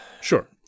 Sure